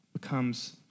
becomes